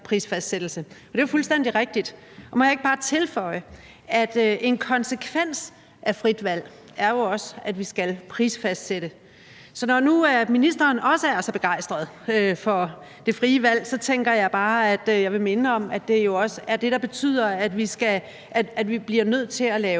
det er jo fuldstændig rigtigt. Må jeg ikke bare tilføje, at en konsekvens af frit valg jo også er, at vi skal prisfastsætte. Så når nu ministeren også er så begejstret for det frie valg, tænker jeg bare, at jeg vil minde om, at det jo også er det, der betyder, at vi bliver nødt til at lave